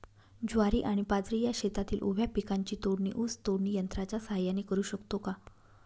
ज्वारी आणि बाजरी या शेतातील उभ्या पिकांची तोडणी ऊस तोडणी यंत्राच्या सहाय्याने करु शकतो का?